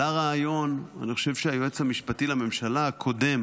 עלה רעיון, אני חושב שהיועץ המשפטי לממשלה הקודם